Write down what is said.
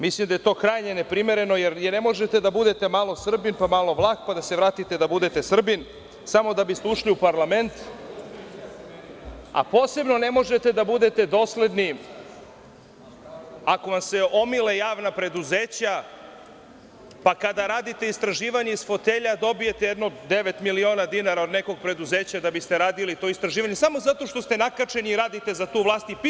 Mislim da je to krajnje neprimereno, jer ne možete da budete malo Srbin, pa malo Vlah, pa da se vratite da budete Srbin, samo da biste ušli u parlament, a posebno ne možete da budete dosledni ako vam se omile javna preduzeća, pa kada radite istraživanje iz fotelja dobijete jedno devet miliona dinara od nekog preduzeća da biste radili to istraživanje, samo zato što ste nakačeni i radite za tu vlast i pišete u „Politici“ tekstove…